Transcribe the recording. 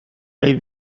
may